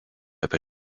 apie